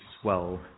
swell